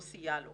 לא סייע לו.